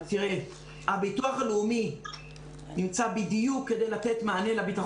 הביטוח הלאומי נמצא בדיוק כדי לתת מענה לביטחון